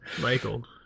Michael